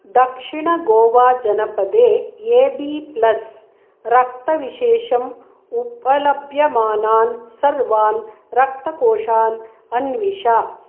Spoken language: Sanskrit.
दक्षिणगोवाजनपदे ए बि प्लस् रक्तविशेषम् उपलभ्यमानान् सर्वान् रक्तकोषान् अन्विष